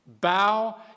bow